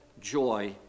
joy